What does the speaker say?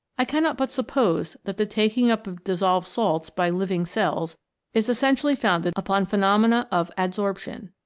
i cannot but suppose that the taking up of dissolved salts by living cells is essentially founded upon pheno mena of adsorption.